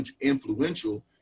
influential